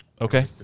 Okay